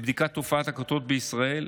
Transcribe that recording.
תעסה לבדיקת תופעת הכתות בישראל.